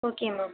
okay ma'am